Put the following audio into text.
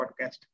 podcast